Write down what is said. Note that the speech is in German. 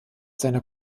seiner